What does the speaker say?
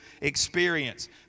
experience